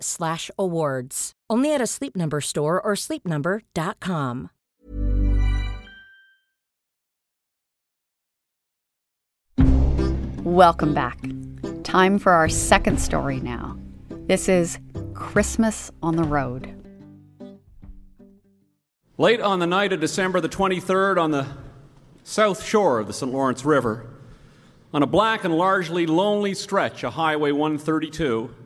slash awards. Only at a Sleep Number store or sleepnumber.com. Welcome back. Time for our second story now. This is Christmas on the Road. Late on the night of December the 23rd on the south shore of the St. Lawrence River, on a black and largely lonely stretch of Highway 132,